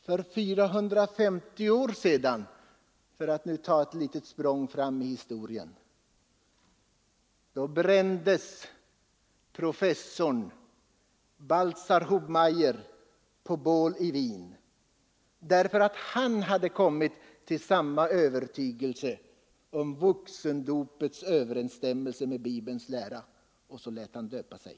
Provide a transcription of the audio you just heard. För 450 år sedan — för att nu ta ett litet språng fram i historien — brändes professorn Balthasar Hubmaier på bål i Wien, därför att han kommit till samma övertygelse om vuxendopets överensstämmelse med Bibelns lära och låtit döpa sig.